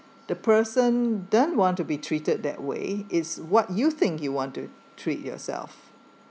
the person don't want to be treated that way is what you think you want to treat yourself